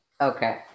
Okay